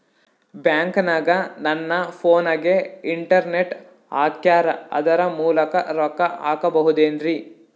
ಬ್ಯಾಂಕನಗ ನನ್ನ ಫೋನಗೆ ಇಂಟರ್ನೆಟ್ ಹಾಕ್ಯಾರ ಅದರ ಮೂಲಕ ರೊಕ್ಕ ಹಾಕಬಹುದೇನ್ರಿ?